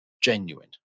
genuine